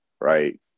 Right